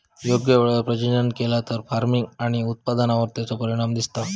योग्य वेळेवर प्रजनन केला तर फार्मिग आणि उत्पादनावर तेचो परिणाम दिसता